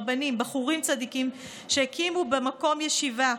רבנים ובחורים צדיקים שהקימו במקום ישיבה,